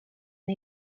una